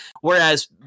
Whereas